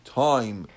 time